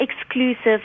exclusive